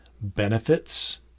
benefits